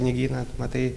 knygyną matai